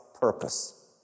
purpose